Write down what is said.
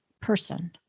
person